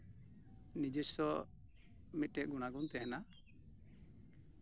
ᱱᱤᱡᱮᱥᱥᱚ ᱢᱤᱫᱴᱮᱱ ᱜᱩᱱᱟᱜᱩᱱ ᱛᱟᱦᱮᱱᱟ